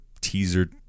teaser